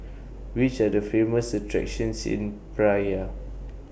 Which Are The Famous attractions in Praia